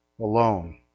alone